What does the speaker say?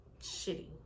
Shitty